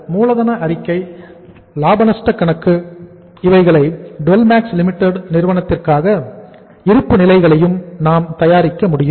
இறுதியாக மூலதன அறிக்கை லாப நஷ்ட கணக்கு இவைகளை Dwell Max Limited நிறுவனத்திற்காக இருப்பு நிலைகளையும் நாம் தயாரிக்க முடியும்